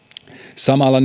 samalla